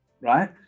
right